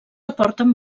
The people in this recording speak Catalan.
aporten